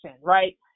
right